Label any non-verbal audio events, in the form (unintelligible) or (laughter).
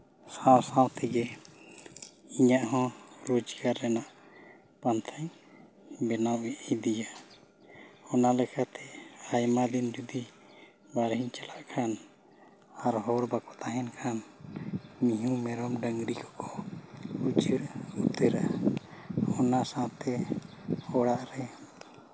ᱥᱟᱶ ᱥᱟᱶ ᱛᱮᱜᱮ ᱤᱧᱟᱹᱜᱦᱚᱸ ᱨᱳᱡᱽᱜᱟᱨ ᱨᱮᱱᱟᱜ ᱯᱟᱱᱛᱷᱟᱧ ᱵᱮᱱᱟᱣ ᱤᱫᱤᱭᱟ ᱚᱱᱟ ᱞᱮᱠᱟᱛᱮ ᱟᱭᱢᱟ ᱫᱤᱱ ᱡᱩᱫᱤ (unintelligible) ᱪᱟᱞᱟᱜ ᱠᱷᱟᱱ ᱟᱨ ᱦᱚᱲ ᱵᱟᱠᱚ ᱛᱟᱦᱮᱱ ᱠᱷᱟᱱ ᱢᱤᱭᱦᱩ ᱢᱮᱨᱚᱢ ᱰᱟᱹᱝᱨᱤ ᱠᱚᱠᱚ (unintelligible) ᱚᱱᱟ ᱥᱟᱶᱛᱮ ᱚᱲᱟᱜ ᱨᱮ